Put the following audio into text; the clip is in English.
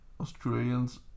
Australians